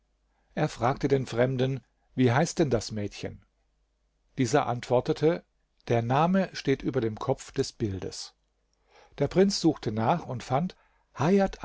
er fragte den fremden wie heißt denn das mädchen dieser antwortete der name steht über dem kopf des bildes der prinz suchte nach und fand